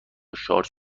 شارژ